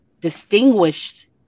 distinguished